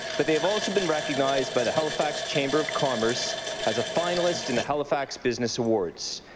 but they have also been recognized by the halifax chamber of commerce as a finallest in the halifax business awards.